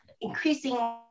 increasing